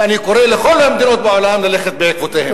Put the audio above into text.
ואני קורא לכל המדינות בעולם ללכת בעקבותיהן.